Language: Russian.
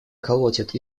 колотит